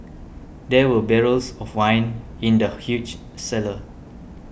there were barrels of wine in the huge cellar